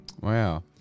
Wow